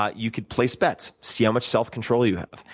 ah you could place bets, see how much self control you have.